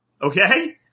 Okay